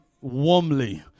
warmly